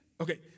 Okay